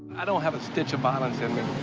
i don't have a stitch of violence in me.